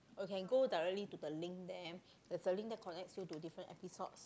or can go directly to the link there there's a link there connects you to different episodes